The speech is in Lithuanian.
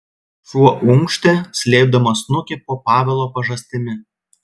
šuo unkštė slėpdamas snukį po pavelo pažastimi